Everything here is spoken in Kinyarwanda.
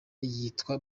yitwa